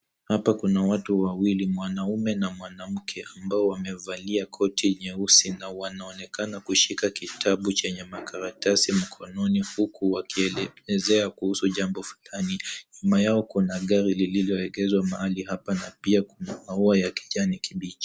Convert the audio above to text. Hapa kuna watu wawili, mwanaume na mwanamke ambao wamevalia koti nyeusi na wanaonekana kushika kitabu chenye makaratasi mkononi huku wakielezea kuhusu jambo fulani. Nyuma yao kuna gari lilioegeshwa mahali hapa na pia kuna maua ya kijani kibichi.